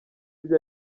bya